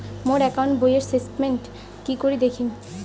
মোর account বইয়ের statement কি করি দেখিম?